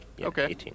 Okay